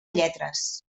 lletres